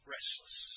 Restless